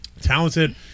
talented